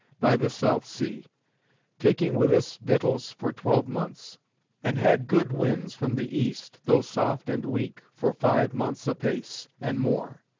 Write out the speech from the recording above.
by the south sea taking with us victuals for twelve months and had good winds from the east, though soft and weak, for five months space, and more.